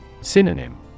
Synonym